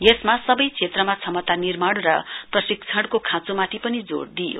यसमा सबै क्षेत्रमा क्षमता निमार्ण र प्रशिक्षणको खाँचोमाथि पनि जोड़ दिइयो